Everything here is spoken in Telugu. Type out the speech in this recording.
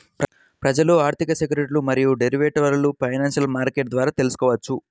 ప్రజలు ఆర్థిక సెక్యూరిటీలు మరియు డెరివేటివ్లను ఫైనాన్షియల్ మార్కెట్ల ద్వారా తెల్సుకోవచ్చు